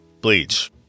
Bleach